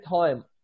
time